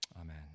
Amen